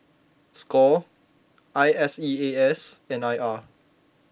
Score I S E A S and I R